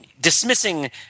dismissing –